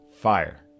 fire